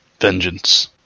Vengeance